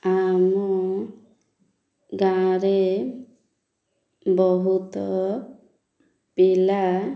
ଆମ ଗାଁରେ ବହୁତ ପିଲା